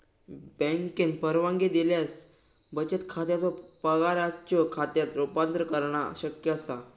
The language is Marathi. बँकेन परवानगी दिल्यास बचत खात्याचो पगाराच्यो खात्यात रूपांतर करणा शक्य असा